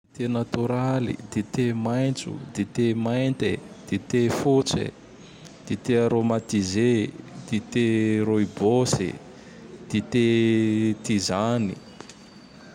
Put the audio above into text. Natoraly, dité maintso, dité mainte, dité fotse, dité arômatizé, dité rôibôsy, dité tizany.